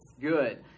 good